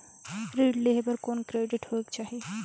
ऋण लेहे बर कौन क्रेडिट होयक चाही?